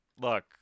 Look